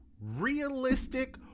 realistic